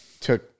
took